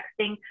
texting